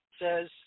says